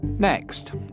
Next